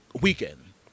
weekend